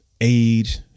age